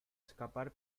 escapar